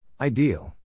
Ideal